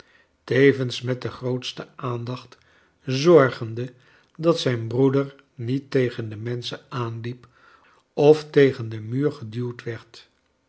tevens met de grootste aandacht zorgende dat zijn broeder niet tegen de menscben aanliep of tegen den muur geduwd werd